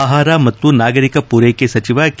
ಆಹಾರ ಮತ್ತು ನಾಗರಿಕ ಪೂರೈಕೆ ಸಚಿವ ಕೆ